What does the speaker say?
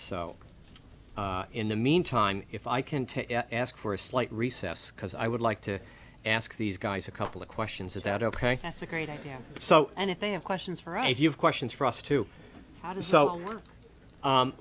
so in the meantime if i can ask for a slight recess because i would like to ask these guys a couple of questions without ok that's a great idea so and if they have questions for if you have questions for us too so